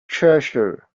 treasure